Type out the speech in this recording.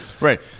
Right